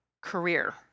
career